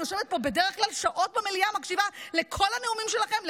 אני יושבת פה בדרך כלל שעות במליאה ומקשיבה לכל הנאומים שלכם,